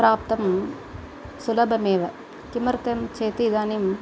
प्राप्तिः सुलभमेव किमर्थं चेत् इदानीम्